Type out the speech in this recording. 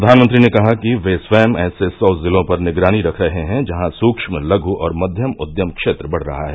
प्रधानमंत्री ने कहा कि वे स्वयं ऐसे सौ जिलों पर निगरानी रख रहे हैं जहां सूक्ष्म लघू और मध्यम उद्यम क्षेत्र बढ़ रहा है